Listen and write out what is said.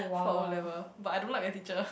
for O-level but I don't like the teacher